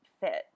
fit